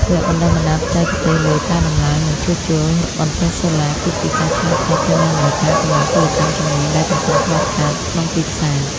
វគ្គបណ្ដុះបណ្ដាលបច្ចេកទេសលើ "ការតម្លើង និងជួសជុលបន្ទះសូឡា" គឺជាការឆ្លើយតបទៅនឹងតម្រូវការកម្លាំងពលកម្មជំនាញដែលកំពុងខ្វះខាតក្នុងទីផ្សារ។